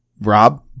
Rob